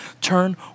turn